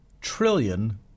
trillion